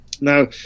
Now